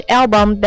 album